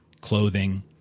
clothing